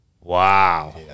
Wow